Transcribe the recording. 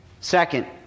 Second